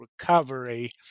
recovery